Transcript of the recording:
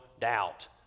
doubt